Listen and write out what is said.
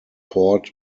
port